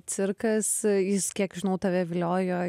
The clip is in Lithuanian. cirkas jis kiek žinau tave viliojo